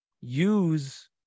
use